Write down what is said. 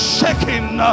shaking